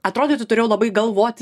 atrodytų turėjau labai galvoti